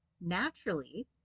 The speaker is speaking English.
naturally